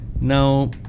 Now